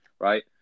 right